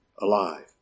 alive